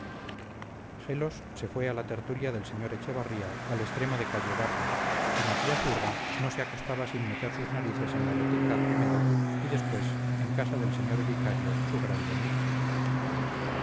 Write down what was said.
se fue a la tertulia del sr echevarría al extremo de callebarria y matías urra no se acostaba sin meter sus narices en la botica primero y después en casa del señor vicario su grande amigo